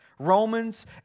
Romans